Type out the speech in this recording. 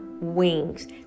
wings